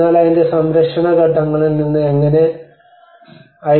എന്നാൽ അതിന്റെ സംരക്ഷണ ഘട്ടത്തിൽ നിന്ന് എങ്ങനെ ICOMOS